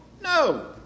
No